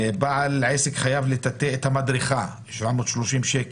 בעל עסק חייב לטאטא את המדרכה, 730 שקל.